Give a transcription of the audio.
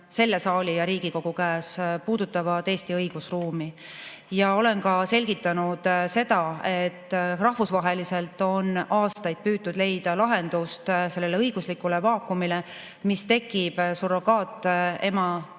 selle saali, Riigikogu käes. Ja olen ka selgitanud seda, et rahvusvaheliselt on aastaid püütud leida lahendust sellele õiguslikule vaakumile, mis tekib surrogaatema